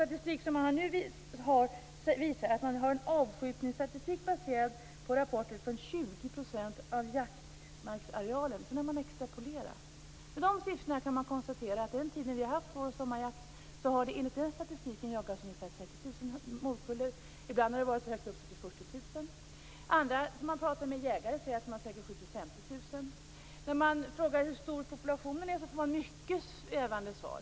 Det finns nu en avskjutningsstatistik som baserar sig på rapporter från 20 % av jaktmarksarealen. Under den tid som sommarjakten har bedrivits har det skjutits ca 30 000 morkullor. Ibland har siffran varit uppe i 40 000. Vissa jägare säger att man säkert har skjutit 50 000 När man frågar hur stor populationen är får man mycket svävande svar.